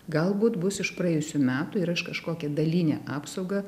galbūt bus iš praėjusių metų ir aš kažkokią dalinę apsaugą